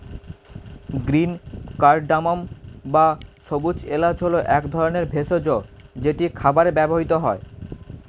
green cardamom বা সবুজ এলাচ হল এক ধরনের ভেষজ যেটি খাবারে ব্যবহৃত হয়